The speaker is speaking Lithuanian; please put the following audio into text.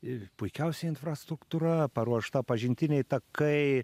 ir puikiausia infrastruktūra paruošta pažintiniai takai